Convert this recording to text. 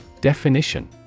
Definition